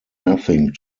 nothing